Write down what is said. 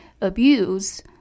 abuse